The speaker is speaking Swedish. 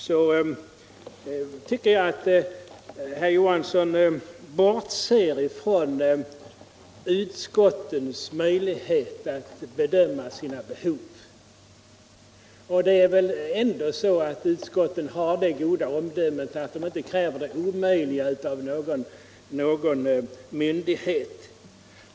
Jag tycker att herr Johansson underskattar utskottens förmåga att bedöma sina behov. Utskotten har väl ändå det goda omdömet att de inte kräver det omöjliga av någon myndighet.